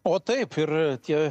o taip ir tie